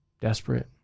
desperate